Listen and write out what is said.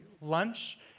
lunch